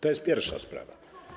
To jest pierwsza sprawa.